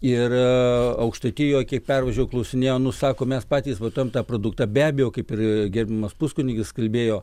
ir aukštaitijoj kiek pervažiavau klausinėjau nu sako mes patys vartojam tą produktą be abejo kaip ir gerbiamas puskunigis kalbėjo